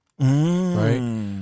Right